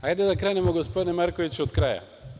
Hajde da krenemo gospodine Markoviću od kraja.